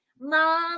mom